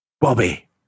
Bobby